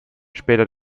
später